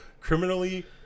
criminally